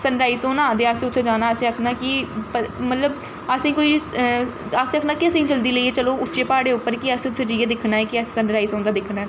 sun rise होना ते असें उत्थै जाना ते असें आखना कि मतलब असें गी कोई असें आखनां कि असें गी जल्दी लेइयै चलो उच्चे प्हाड़ें उप्पर कि असें उत्थै जाइयै दिक्खना ऐ कि अस सन राइज होंदा दिक्खना ऐ